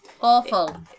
Awful